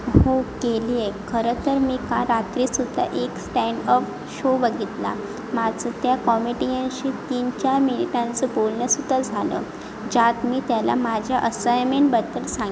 हो केली आहे खरं तर मी का रात्रीसुद्धा एक स्टँड अप शो बघितला माझं त्या कॉमेडीयनशी तीन चार मिनिटांचं बोलणंसुद्धा झालं ज्यात मी त्याला माझ्या असायमेंटबद्दल सांग